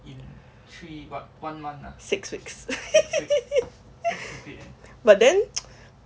six weeks but then